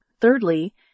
Thirdly